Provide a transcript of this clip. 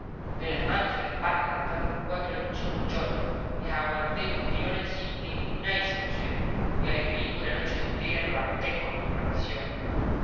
de las manos y las patas me ataron cuatro cinchones les aguanté los tirones sin que ni un ay se me oyera y al gringo la noche entera lo harté con mis maldiciones